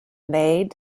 maid